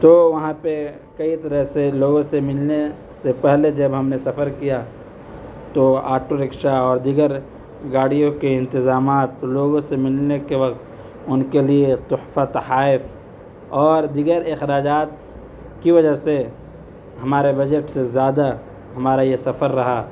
تو وہاں پہ کئی طرح سے لوگوں سے ملنے سے پہلے جب ہم نے سفر کیا تو آٹو رکشہ اور دیگر گاڑیوں کے انتظامات لوگوں سے ملنے کے وقت ان کے لیے تحفہ تحائف اور دیگر اخراجات کی وجہ سے ہمارے بجٹ سے زیادہ ہمارا یہ سفر رہا